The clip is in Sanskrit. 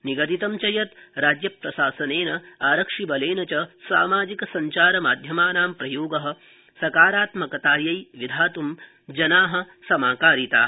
निगदितं च यत् राज्य प्रशासनेन आरक्षिबलेन च सामाजिक सञ्चारमाध्यमानां प्रयोग सकारात्मकतायै विधात् ं जना समाकारिता